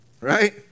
right